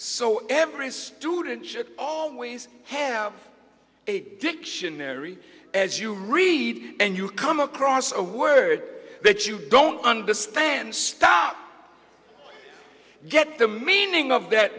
so every student should always have a dictionary as you read and you come across a word that you don't understand stock get the meaning of that